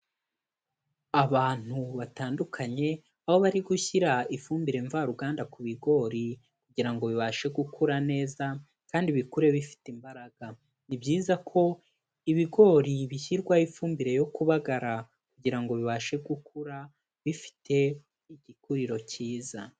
Abantu batandukanye, aho bari gushyira ifumbire mvaruganda ku bigori, kugira ngo bibashe gukura neza kandi bikure bifite imbaraga, ni byiza ko ibigori bishyirwaho ifumbire yo kubagara, kugirango bibashe gukura bifite igikuriro cyiza.